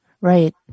Right